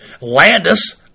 Landis